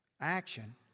action